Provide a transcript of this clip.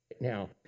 now